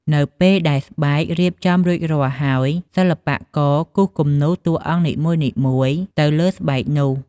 នៅពេលដែលស្បែកបានរៀបចំរួចរាល់ហើយ សិល្បករគូសគំនូរតួអង្គនីមួយៗទៅលើស្បែកនោះ។